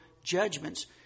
Judgments